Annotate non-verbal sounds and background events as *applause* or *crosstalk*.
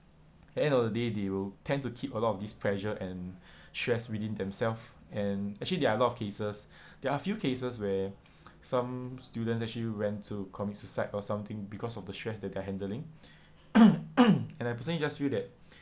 end of the day they will tend to keep a lot of this pressure and stress within them-self and actually there are a lot of cases there are a few cases where some students actually went to commit suicide or something because of the stress that they're handling *coughs* and I personally just feel that